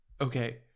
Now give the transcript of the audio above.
okay